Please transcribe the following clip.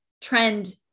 trend